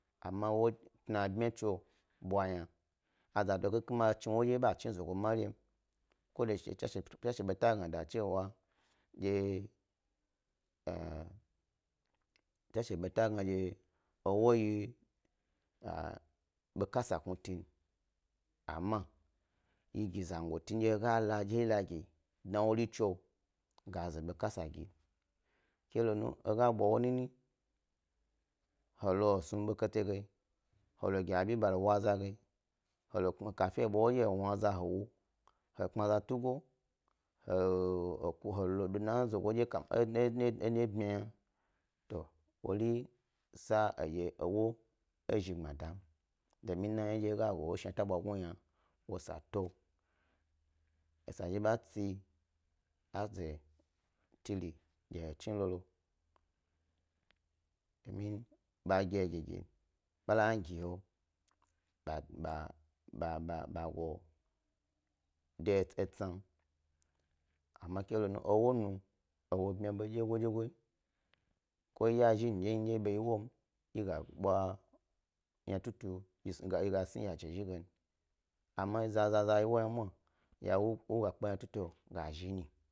Amma e ewo dna pmya tso bwa hna, e zado dye chni ewo dye ba chni ewo dye ba chni e zago marim, kode shike tswashe tswashe beta gna dachiwa dye e, tswashe beta gna dye ewo yi be kasa gnuti amma yi gi zangoti he gala hedye la gi dna ewori tsowo ga ze bekasa gi he, ke lonum he ga bwa wo nini, he lo snu ɓe kyete ge, he lo gi abi ba wu zage, kafe he lo bwa ewo dye he lo wna aza he lo wu, he gbni aza tugo, he lo ɗodna zogo ndye e bmyam yna to wori sa hedye ewo ezhi gbmadam domin na yna dye he ga go eshnita bwagnu lo yna woyi esa tu. Wo esa zhi ba tsi a ze tere dye he chni lolo domin ba gi he gigi, bala yna gi he ɓa ɓa ba go de etseyim, amma kelonu ewo bmya ɓe dyegodyegoyi, ko ndye yazi enyi hni ndye ye ba yi ewoyim, yi ga bwa yna tutum yi snug a smi yaje zhi gan amma kelonu ewo bmya ɓe dye go dyego amma zaza yi ewo yna ya woga kpe eyna tutu lo ga zhi nyi.